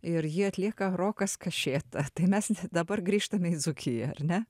ir jį atlieka rokas kašėta tai mes dabar grįžtame į dzūkiją ar ne